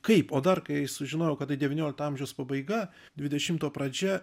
kaip o dar kai sužinojau kad tai devyniolikto amžiaus pabaiga dvidešimto pradžia